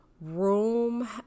Room